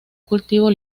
cultivo